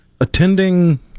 attending